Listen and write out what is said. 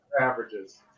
averages